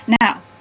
Now